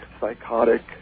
psychotic